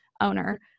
owner